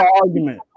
argument